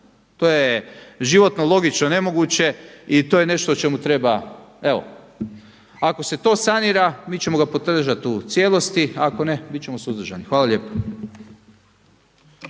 to je životno logično nemoguće i to je nešto o čemu treba. Evo ako se to sanira mi ćemo ga podržati u cijelosti, ako ne bit ćemo suzdržani. Hvala lijepo.